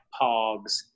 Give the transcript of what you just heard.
pogs